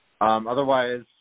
Otherwise